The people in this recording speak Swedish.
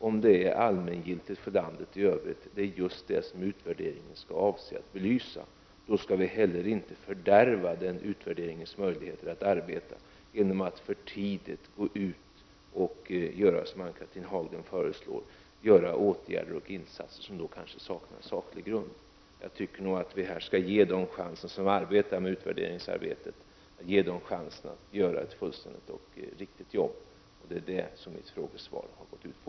Om det är allmängiltigt för landet i övrigt skall utvärderingen belysa. Då skall vi inte heller fördärva utvärderingens möjligheter att arbeta genom att för tidigt gå ut och, som Ann-Cathrine Haglund föreslår, vidta åtgärder och göra insatser som kanske inte kan saklig grund. Jag tycker att vi skall ge dem som arbetar med utvärderingen chansen att göra ett fullständigt och riktigt jobb. Det är det som mitt frågesvar har gått ut på.